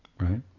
Right